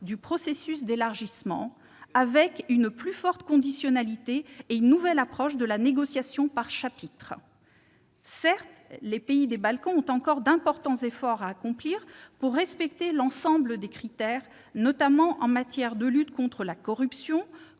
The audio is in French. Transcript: du processus d'élargissement, avec une plus forte conditionnalité et une nouvelle approche de la négociation par chapitres ? Certes, les pays des Balkans ont encore d'importants efforts à accomplir pour respecter l'ensemble des critères, notamment en matière de lutte contre la corruption,